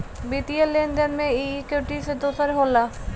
वित्तीय लेन देन मे ई इक्वीटी से दोसर होला